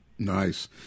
Nice